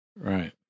Right